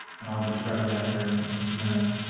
and i'll describe that here in just a minute.